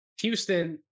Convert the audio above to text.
Houston